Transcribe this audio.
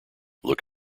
look